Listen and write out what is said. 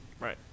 right